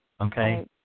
okay